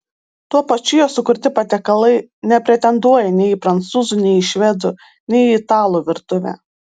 tuo pačiu jo sukurti patiekalai nepretenduoja nei į prancūzų nei į švedų nei į italų virtuvę